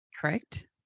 Correct